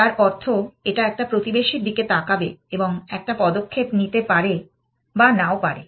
যার অর্থ এটা একটা প্রতিবেশীর দিকে তাকাবে এবং একটা পদক্ষেপ নিতে পারে বা নাও পারে